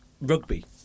rugby